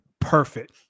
perfect